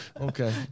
Okay